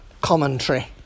commentary